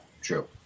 true